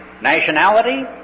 nationality